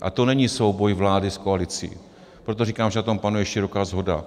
A to není souboj vlády s koalicí, proto říkám, že na tom panuje široká shoda.